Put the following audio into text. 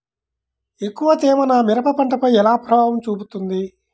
ఎక్కువ తేమ నా మిరప పంటపై ఎలా ప్రభావం చూపుతుంది?